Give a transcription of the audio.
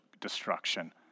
destruction